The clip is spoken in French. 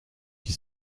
qui